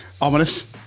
Ominous